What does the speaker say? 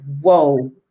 whoa